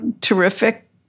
terrific